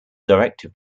directive